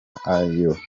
ayo